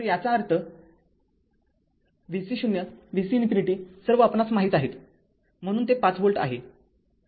तर याचा अर्थ vc 0 vc ∞ सर्व आपणास माहीत आहेत म्हणून ते ५ व्होल्ट आहे